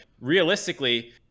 realistically